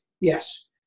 Yes